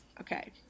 Okay